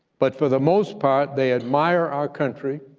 but for the most part, they admire our country,